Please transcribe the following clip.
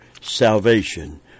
salvation